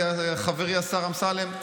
חברי השר אמסלם,